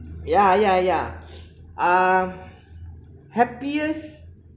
yeah yeah yeah uh happiest